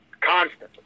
constantly